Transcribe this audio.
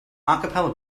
capella